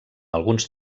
alguns